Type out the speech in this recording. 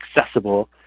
accessible